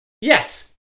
yes